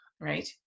Right